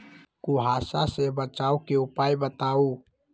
कुहासा से बचाव के उपाय बताऊ?